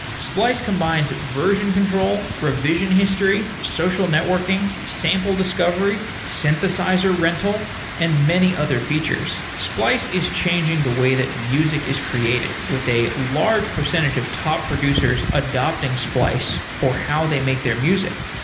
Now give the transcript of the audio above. splice combines version control, revision history, social networking, sample discovery, synthesizer rental and many other features. splice is changing the way that music is created with a large percentage of top producers adopting splice for how they make their music.